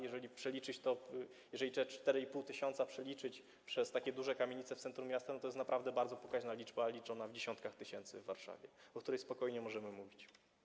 Jeżeli to przeliczyć, jeżeli te 4,5 tys. przeliczyć przez takie duże kamienice w centrum miasta, to jest naprawdę bardzo pokaźna liczba, liczona w dziesiątkach tysięcy w Warszawie, o której spokojnie możemy mówić.